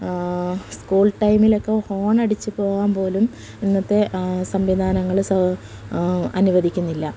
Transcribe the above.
school ടൈമിലൊക്കെ horn അടിച്ചു പോകാൻ പോലും ഇന്നത്തെ സംവിധാനങ്ങൾ സ അനുവദിക്കുന്നില്ല